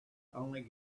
only